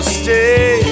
stay